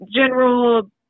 general